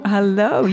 Hello